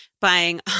buying